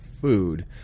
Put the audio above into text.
food